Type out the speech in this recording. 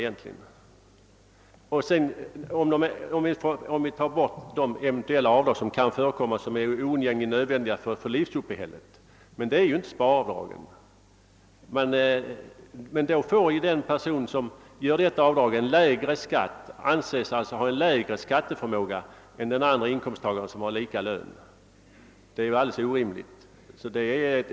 Vi skall naturligtvis räkna bort de eventuella avdrag som är oundgängligen nödvändiga för livsuppehället, men dit hör inte bl.a. sparavdragen. Den person som gör sparavdrag får emellertid lägre skatt och anses alltså ha mindre skatteförmåga än den andre inkomsttagaren, som har samma lön. Detta är alldeles orimligt.